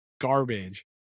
garbage